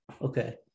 Okay